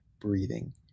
breathing